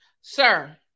sir